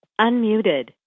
Unmuted